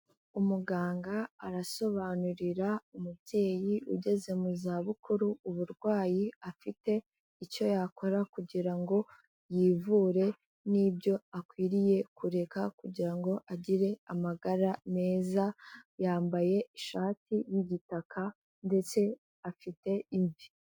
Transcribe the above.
Umuganga arasobanurira umubyeyi ugeze mu zabukuru uburwayi afite, icyo yakora kugira ngo yivure n'ibyo akwiriye kureka kugira ngo agire amagara meza, yambaye ishati y'igitaka ndetse afite imvi.